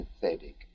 pathetic